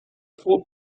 tod